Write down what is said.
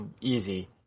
easy